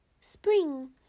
spring